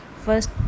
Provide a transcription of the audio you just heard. first